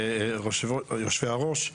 יושבי-הראש,